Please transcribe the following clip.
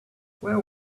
where